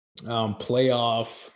playoff